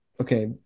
okay